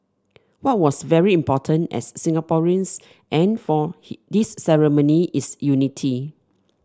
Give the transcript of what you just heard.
what was very important as Singaporeans and for this ceremony is unity